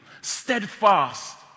steadfast